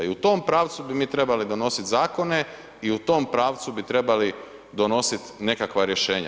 I u tom pravcu bi mi trebali donositi zakone i u tom pravcu bi trebali donositi nekakva rješenja.